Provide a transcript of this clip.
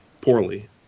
poorly